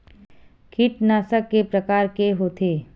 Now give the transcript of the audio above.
कीटनाशक के प्रकार के होथे?